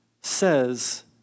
says